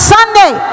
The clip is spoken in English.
Sunday